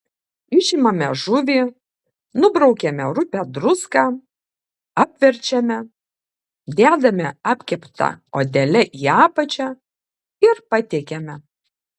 išimame žuvį nubraukiame rupią druską apverčiame dedame apkepta odele į apačią ir patiekiame